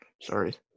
Sorry